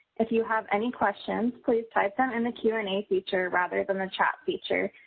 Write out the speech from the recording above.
if you have any questions, please type them in the q and a feature rather than the chat feature.